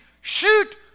shoot